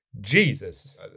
Jesus